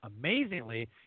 Amazingly